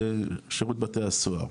שירות בתי הסוהר.